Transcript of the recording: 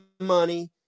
money